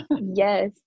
Yes